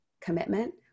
commitment